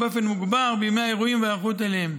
ובאופן מוגבר בימי האירועים וההיערכות אליהם.